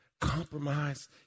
compromise